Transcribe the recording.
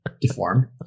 deformed